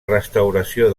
restauració